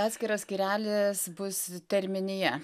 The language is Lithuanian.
atskiras skyrelis bus terminija